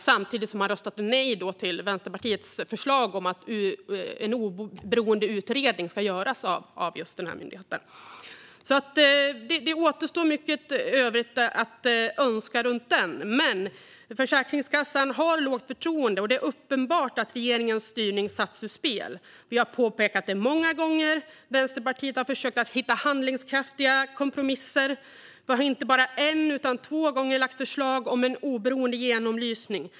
Samtidigt röstade man nej till Vänsterpartiets förslag om en oberoende utredning av just denna myndighet. Det återstår alltså mycket övrigt att önska när det gäller detta. Försäkringskassan åtnjuter lågt förtroende, och det är uppenbart att regeringens styrning har satts ur spel. Vi har påpekat det många gånger. Vänsterpartiet har försökt att hitta handlingskraftiga kompromisser. Vi har inte bara en gång utan två gånger lagt fram förslag om en oberoende genomlysning.